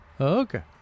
Okay